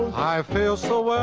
i feel so